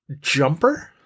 jumper